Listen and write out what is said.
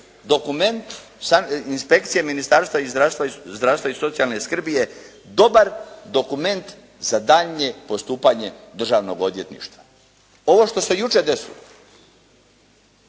dokument sa inspekcije Ministarstva zdravstva i socijalne skrbi je dobar dokument za daljnje postupanje Državnog odvjetništva. Ovo što se jučer desilo